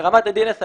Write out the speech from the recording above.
ברמת ה-DNS,